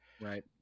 right